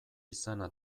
izana